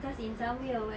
cause in some way or what